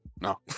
No